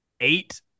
Eight